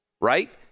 right